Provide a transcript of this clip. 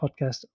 podcast